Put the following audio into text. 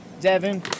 Devin